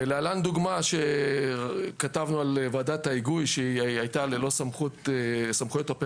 להלן דוגמה שכתבנו על ועדת ההיגוי שהיא הייתה ללא סמכויות אופרטיביות